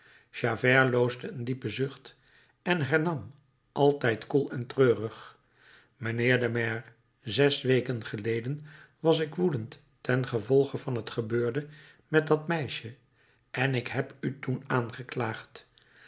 loosde een diepen zucht en hernam altijd koel en treurig mijnheer de maire zes weken geleden was ik woedend ten gevolge van het gebeurde met dat meisje en ik heb u toen aangeklaagd